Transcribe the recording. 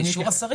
באישור השרים.